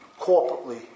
corporately